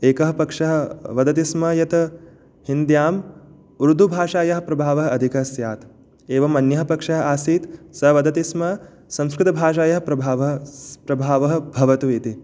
एकः पक्षः वदति स्म यत् हिन्द्यां उर्दुभाषायाः प्रभावः अधिकः स्यात् एवमन्यः पक्षः आसीत् स वदति स्म संस्कृतभाषायाः प्रभावः प्रभावः भवतु इति